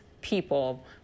people